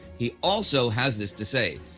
he also has this to say,